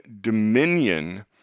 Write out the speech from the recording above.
dominion